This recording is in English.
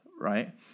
Right